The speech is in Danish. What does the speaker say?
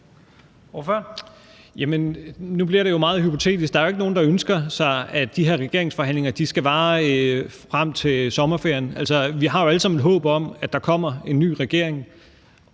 nu bliver det meget hypotetisk. Der er jo ikke nogen, der ønsker, at de her regeringsforhandlinger skal vare frem til sommerferien. Altså, vi har alle sammen et håb om, at der kommer en ny regering.